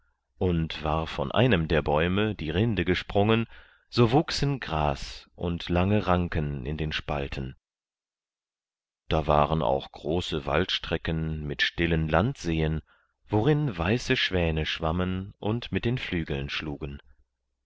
und war von einem der bäume die rinde gesprungen so wuchsen gras und lange ranken in den spalten da waren auch große waldstrecken mit stillen landseen worin weiße schwäne schwammen und mit den flügeln schlugen